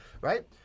right